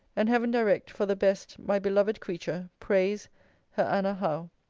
and heaven direct for the best my beloved creature, prays her anna howe.